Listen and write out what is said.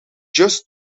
just